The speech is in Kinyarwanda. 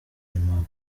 aimable